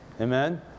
Amen